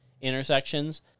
intersections